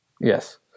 Yes